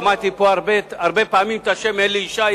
שמעתי פה הרבה פעמים את השם אלי ישי,